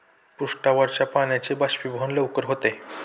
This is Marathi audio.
पृष्ठावरच्या पाण्याचे बाष्पीभवन लवकर होते